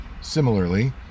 Similarly